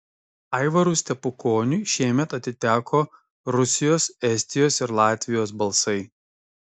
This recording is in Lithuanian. aivarui stepukoniui šiemet atiteko rusijos estijos ir latvijos balsai